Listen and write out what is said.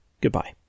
goodbye